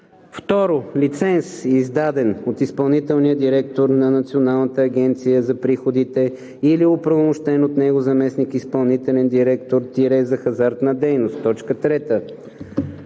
2. лиценз, издаден от изпълнителния директор на Националната агенция за приходите или оправомощен от него заместник изпълнителен директор – за хазартна дейност; 3.